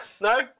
No